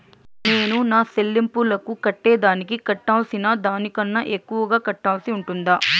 నేను నా సెల్లింపులకు కట్టేదానికి కట్టాల్సిన దానికన్నా ఎక్కువగా కట్టాల్సి ఉంటుందా?